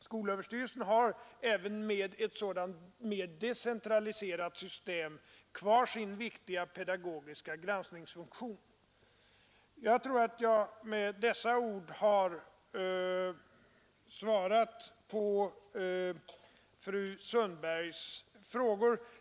Skolöverstyrelsen har även med ett sådant mer decentraliserat system kvar sin viktiga pedagogiska granskningsfunktion. Jag tror att jag med dessa ord har svarat på fru Sundbergs frågor.